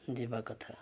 ଯିବା କଥା